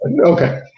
Okay